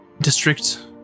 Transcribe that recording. district